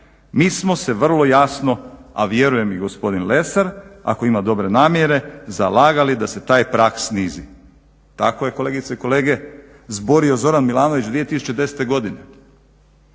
Mi smo se vrlo jasno a vjerujem i gospodin Lesar ako ima dobre namjere zalagali da se taj prag snizi. Tako je kolegice i kolege zborio Zoran Milanović 2010. godine.